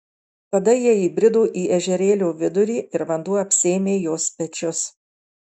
tada jie įbrido į ežerėlio vidurį ir vanduo apsėmė jos pečius